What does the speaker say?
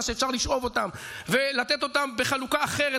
שאפשר לשאוב אותם ולתת אותם בחלוקה אחרת,